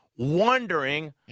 wondering